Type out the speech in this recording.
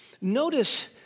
Notice